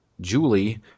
Julie